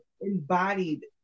embodied